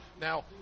Now